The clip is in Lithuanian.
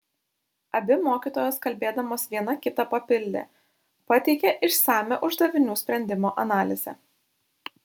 abi mokytojos kalbėdamos viena kitą papildė pateikė išsamią uždavinių sprendimo analizę